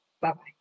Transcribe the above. Bye-bye